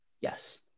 Yes